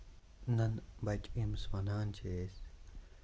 نَن بَچہٕ ییٚمِس وَنان چھِ أسۍ